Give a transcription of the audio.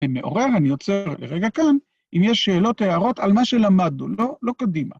אני מעורר, אני עוצר רק לרגע כאן, אם יש שאלות, הערות על מה שלמדנו, לא... לא קדימה.